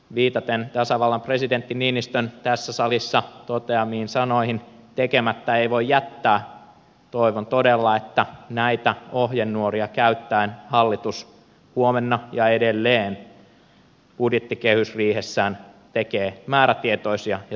viitaten tasavallan presidentti niinistön tässä salissa toteamiin sanoihin tekemättä ei voi jättää toivon todella että näitä ohjenuoria käyttäen hallitus huomenna ja edelleen budjettikehysriihessään tekee määrätietoisia ja suoraselkäisiä päätöksiä